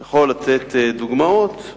אני יכול לתת דוגמאות.